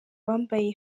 bambaye